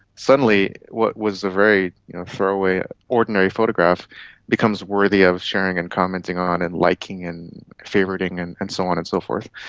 suddenly what was a very throwaway, ordinary photograph becomes worthy of sharing and commenting on and liking and favouriting and and so on and so forth.